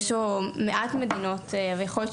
והשלושה שדיברנו איתם אמרו לנו שהם חושבים